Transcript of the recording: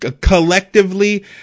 collectively